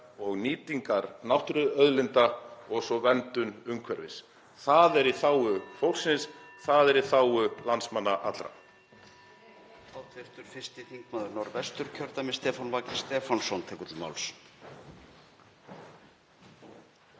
og nýtingar náttúruauðlinda og svo verndunar umhverfis. Það er í þágu fólksins og í þágu landsmanna allra.